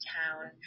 town